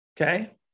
okay